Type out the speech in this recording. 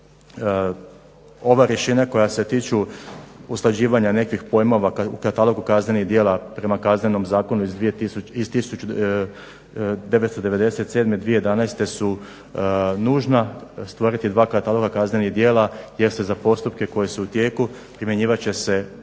Ova rješenja koja se tiču usklađivanja nekih pojmova u katalogu kaznenih djela prema Kaznenom zakonu iz 1997.i 2011.nužne stvoriti dva kataloga kaznenih djela jer se za postupke koji su u tijeku primjenjivat će se